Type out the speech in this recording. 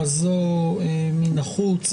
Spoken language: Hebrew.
תודה.